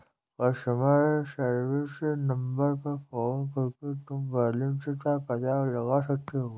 customer service number पर phone करके तुम बैलन्स का पता लगा सकते हो